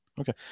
Okay